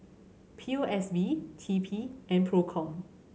P O S B T P and Procom